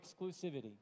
exclusivity